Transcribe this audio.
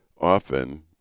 often